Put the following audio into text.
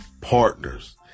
partners